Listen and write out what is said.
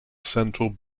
central